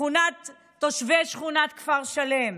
תושבי שכונת כפר שלם,